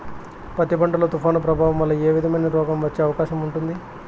పత్తి పంట లో, తుఫాను ప్రభావం వల్ల ఏ విధమైన రోగం వచ్చే అవకాశం ఉంటుంది?